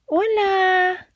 ¡Hola